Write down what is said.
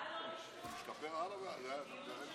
אולי באמת, זה מקובל לא לשמוע?